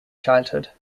childhood